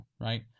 right